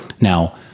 Now